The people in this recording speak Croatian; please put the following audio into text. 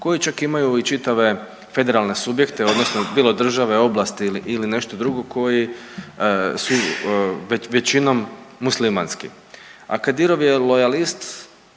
koji čak imaju i čitave federalne subjekte odnosno bilo države, oblasti ili nešto drugo koji su većinom muslimanski. A Kadirov je lojalist